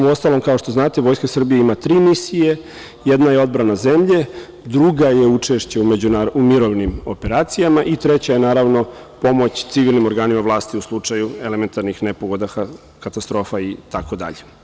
Uostalom, kao što znate, Vojska Srbije ima tri misije – jedna je odbrana zemlje, druga je učešće u mirovnim operacijama i treća je pomoć civilnim organima vlasti u slučaju elementarnih nepogoda, katastrofa, itd.